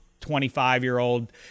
25-year-old